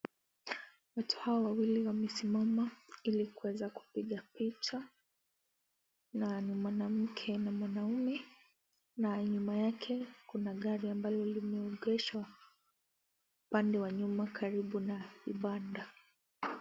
Watu hawa wawili wamesimama ili kuweza kupiga picha, na ni mwanamke na mwanamme, na nyuma yake kuna gari ambalo limeegeshwa upande wa nyuma karibu na kibanda.